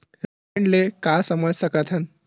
ऋण ले का समझ सकत हन?